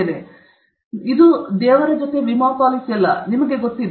ಆದ್ದರಿಂದ ಅದು ವಿಮಾ ಪಾಲಿಸಿಯಲ್ಲ ನಿಮಗೆ ಗೊತ್ತಿದೆ